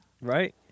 Right